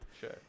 Sure